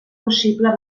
possible